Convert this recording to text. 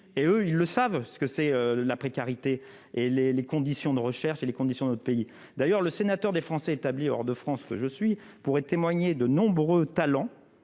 et eux ils le savent ce que c'est la précarité et les les conditions de recherche et les conditions de notre pays, d'ailleurs, le sénateur des Français établis hors de France, je suis pourrait témoigner de nombreux talents